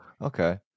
Okay